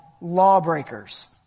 lawbreakers